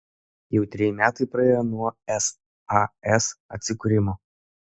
jau treji metai praėjo nuo sas atsikūrimo